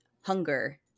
hunger